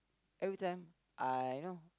every time I you know